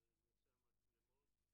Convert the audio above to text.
בנושא המצלמות.